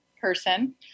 person